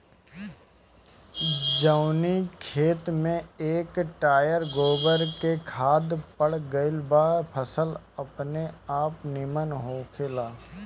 जवनी खेत में एक टायर गोबर के खाद पड़ गईल बा फसल अपनेआप निमन होखेला